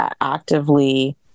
actively